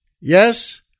Yes